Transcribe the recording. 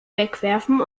wegwerfen